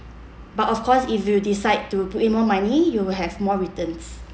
but of course if you decide to put in more money you will have more returns